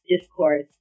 discourse